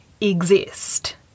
exist